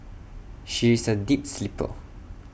she is A deep sleeper